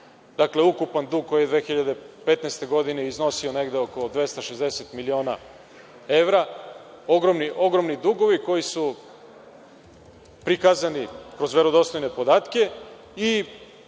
dakle, ukupan dug koji je 2015. godine iznosio negde oko 260 miliona evra, ogromni dugovi koji su prikazani kroz verodostojne podatke.